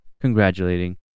congratulating